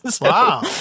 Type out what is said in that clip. wow